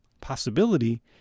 possibility